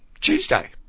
Tuesday